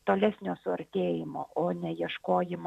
tolesnio suartėjimo o ne ieškojimo